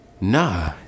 Nah